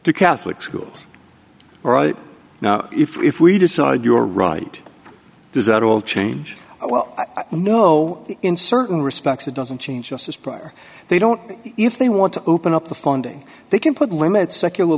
to catholic schools right now if we decide you're right does that all change well you know in certain respects it doesn't change just as prayer they don't if they want to open up the funding they can put limits secular